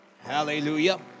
Hallelujah